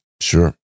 sure